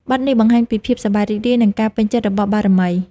បទនេះបង្ហាញពីភាពសប្បាយរីករាយ និងការពេញចិត្តរបស់បារមី។